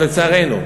לצערנו,